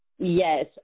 Yes